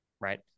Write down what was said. right